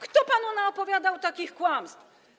Kto panu naopowiadał takich kłamstw?